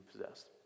possessed